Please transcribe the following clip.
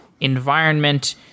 environment